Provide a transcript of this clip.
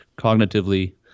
cognitively